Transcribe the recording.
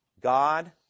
God